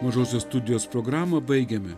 mažosios studijos programą baigiame